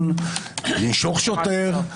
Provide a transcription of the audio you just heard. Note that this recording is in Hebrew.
לנשוך שוטר,